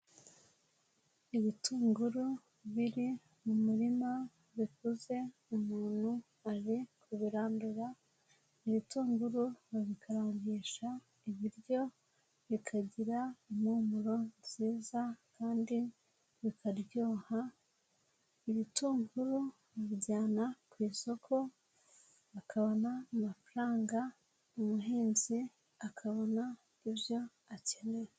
Ibitunguru biri mu murima bikuze umuntu aje kubirandura, ibitunguru babikarangisha ibiryo bikagira impumuro nziza kandi bikaryoha, ibitunguru babijyana ku isoko bakabona amafaranga umuhinzi akabona ibyo akeneye.